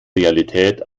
realität